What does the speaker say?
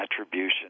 attribution